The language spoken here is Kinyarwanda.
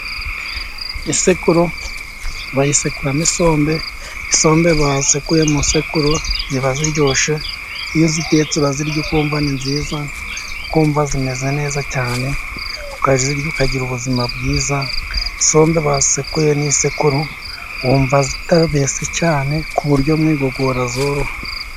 Isekuru bayisekuramo isombe. Isombe basekuye mu isekuru iba iryoshye ,iyo uyitetse urayirya ukumva ni nziza, ukumva imeze neza cyane, ukayirya ukagira ubuzima bwiza. Isombe basekuye n' isekuru wumva itabese cyane ku buryo mu igogora yoroha.